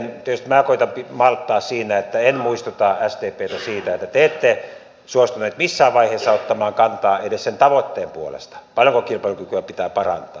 tietysti minä koetan malttaa siinä että en muistuta sdptä siitä että te ette suostuneet missään vaiheessa ottamaan kantaa edes sen tavoitteen puolesta paljonko kilpailukykyä pitää parantaa